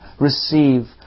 receive